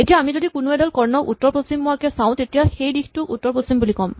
এতিয়া আমি যদি কোনো এডাল কৰ্ণক উত্তৰ পশ্চিম মুৱাকে চাওঁ তেতিয়া সেইদিশটোক উত্তৰ পশ্চিম বুলি ক'ম